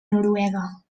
noruega